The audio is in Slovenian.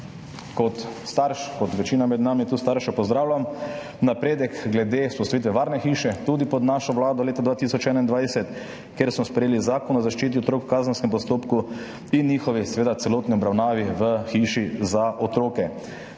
kot starš, kot večina staršev med nami tu, pozdravljam napredek glede vzpostavitve varne hiše. Tudi pod našo vlado leta 2021, kjer smo sprejeli Zakon o zaščiti otrok v kazenskem postopku in njihovi celostni obravnavi v hiši za otroke,